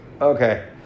okay